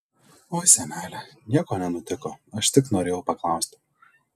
oi senele nieko nenutiko aš tik norėjau paklausti